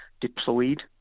deployed